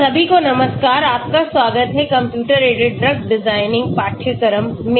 सभी को नमस्कार आपका स्वागत है कंप्यूटर एडेड ड्रग डिज़ाइन पाठ्यक्रम में